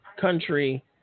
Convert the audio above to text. country